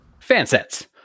Fansets